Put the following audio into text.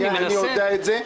אני יודע את זה,